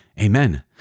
Amen